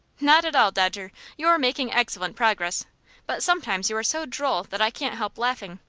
not at all, dodger. you are making excellent progress but sometimes you are so droll that i can't help laughing.